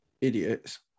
idiots